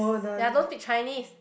ya don't speak Chinese